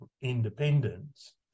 independence